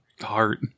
heart